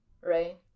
right